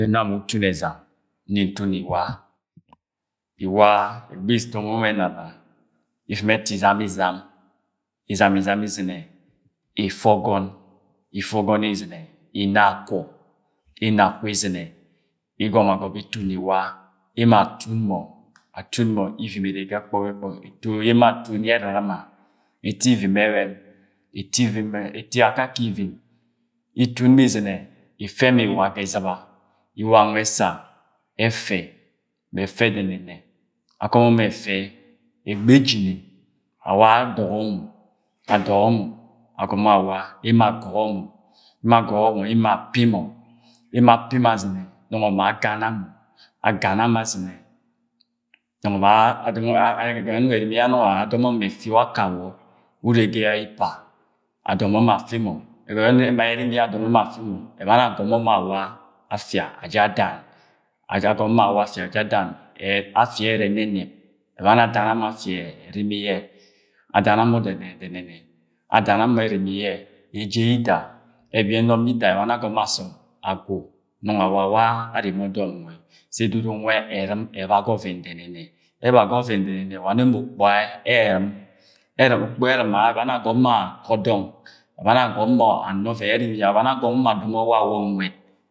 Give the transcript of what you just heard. Nam wa utun ẹzam nni ntun Iwa. Iwa ẹgbi idomo mọ ẹnana, ifimi ẹtu Izama Izam, Izam-Izam Izɨnẹ, ifẹ ọgọn ifẹ ọgọn izɨnẹ, ina akwọ ma Akwọ izɨnẹ, igọmọ agọb itun Iwa emo atun mọ. atun mọ, ivim eregẹ ẹkpọ emo atun yẹ erɨrɨma, eto ivim ẹbẹm, eto eto akake ivim Itun mọ izɨne ifẹ mọ iwa ga ẹzɨba, Iwo nwẹ ẹssa ẹfẹ mẹ ẹfẹ dẹnẹnẹ akọmọmọ ẹfẹ ẹgbẹ ejine awa emo adọgọ mọ, adọgọ mọ agọmọ awa emo agọgọ mọ, amo agọgọ mọ emo api mọ, emo api mọ azɨne nungo ma agana mọ, agana mọ azɨne adọmọ mọ ẹfi wakawa wu urre ga Ipa adọmọ mọ afi mọ egọnẹ ẹnung ẹma ye ẹrimi ya adọmọ mọ ẹfimo ẹbani agọmọ mọ awa afia aja adan, ajẹ agọm mọ awa afia aja adan afia ẹ ẹrẹ ẹnẹnẹp, ebani adana mọ afia ẹ ẹrimi yẹ adana mọ dẹnẹnẹ-dẹnẹnẹ, adana mọ ẹrimi yẹ ma eje yida ẹbi ẹnọm yida ẹbani yẹ agọn agwa nungọ awa-awa areme ọdọm nwẹ sẹ ẹdudu nwe ẹrɨm ẹba ga ọvẹn denene ẹba ga ọvẹn dẹnẹnẹ wa nẹ ma ukpuga ẹ erɨm, ẹtɨm, ukpuga ẹrɨm ẹbani agọm mọ akọ dọng, ebani agọm mọ ana ọvẹn yẹ ẹrimi ye, ebani agom mọ akɨp wawọ nwẹd